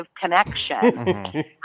connection